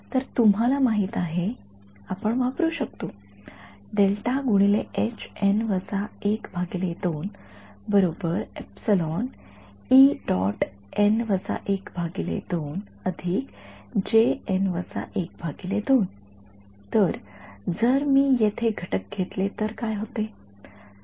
तर तुम्हाला माहित आहे आपण वापरु शकतो तर जर मी येथे घटक घेतले तर काय होते